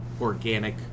organic